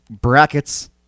brackets